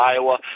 Iowa